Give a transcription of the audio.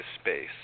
space